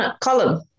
column